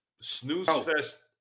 snooze-fest